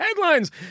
headlines